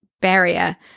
barrier